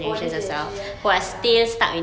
older generation ye~ ya